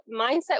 mindset